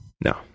No